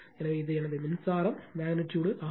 எனவே இது எனது மின்சாரம் மெக்னிட்யூடு ஆகும்